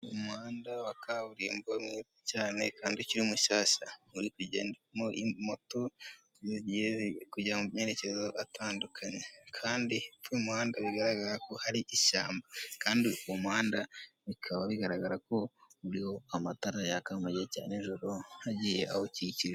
Umuhanda wa kaburimbo mwiza cyane kandi ukiri mushyashya, uri kugendamo moto ziri kujya mu merekezo atandukanye. Kandi hepfo y'umuhanda bigaragara ko hari ishyamba kandi uwo muhanda bikaba bigaragara ko uriho amatara yaka mugiye cya nijoro agiye awukiki.